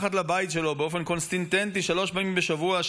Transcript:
מתחת לבית שלו באופן קונסיסטנטי שלוש פעמים בשבוע.